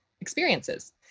experiences